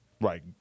Right